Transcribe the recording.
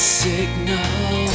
signal